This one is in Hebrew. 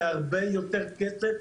זה הרבה יותר כסף,